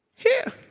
here?